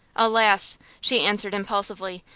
alas! she answered, impulsively,